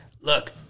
look